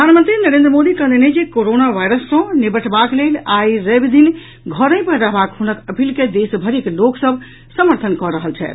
प्रधानमंत्री नरेंद्र मोदी कहलनि अछि जे कोरोना वायरस सँ निबटबाक लेल आई रविदिन घरहि पर रहबाक हुनक अपील के देशभरिक लोक सभ समर्थन कऽ रहल छथि